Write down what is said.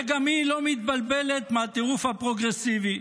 גם היא לא מתבלבלת מהטירוף הפרוגרסיבי.